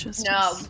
No